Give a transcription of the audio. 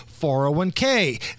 401K